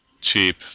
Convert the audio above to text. cheap